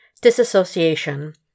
disassociation